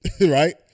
right